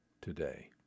today